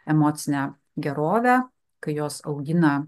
emocinę gerovę kai jos augina